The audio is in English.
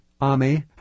Ami